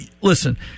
listen